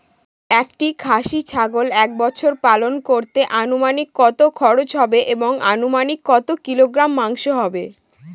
একটি খাসি ছাগল এক বছর পালন করতে অনুমানিক কত খরচ হবে এবং অনুমানিক কত কিলোগ্রাম মাংস হবে?